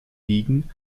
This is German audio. ligen